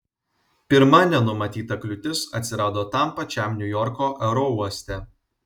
pirma nenumatyta kliūtis atsirado tam pačiam niujorko aerouoste